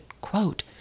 quote